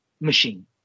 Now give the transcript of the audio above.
machine